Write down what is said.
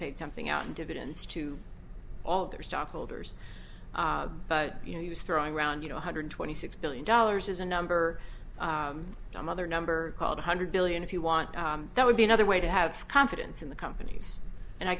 paid something out in dividends to all their stockholders but you know he was throwing around you know one hundred twenty six billion dollars as a number of other number called a hundred billion if you want that would be another way to have confidence in the companies and i